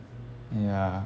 ya